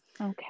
Okay